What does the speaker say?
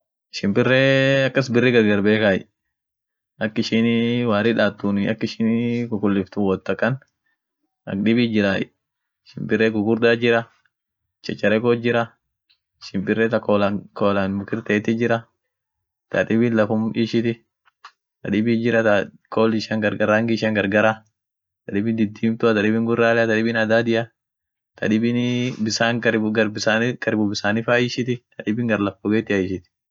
Shimpiree akas birri gagar bekay, ak ishinii wari daatun akishinii kukulliftu wot akan, ak dibi jirrray, shimpire gugurda jirra chachareko jirra, shimpire ta koolan koolan mukir teetit jirra, tadibin lafum ishiti, tadibit jirra ta kool ishian gargar rangi isian gargarah, tadibin didiimtua tadibin guralea tadibin adaadia, tadibini bissan gar karibu bissani karibu bissani fa ishiti, tadibin gar laff gogeetia fa ishit.